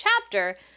chapter